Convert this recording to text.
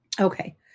Okay